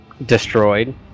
destroyed